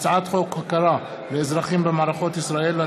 הצעת חוק הוקרה לאזרחים במערכות ישראל,